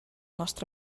nostre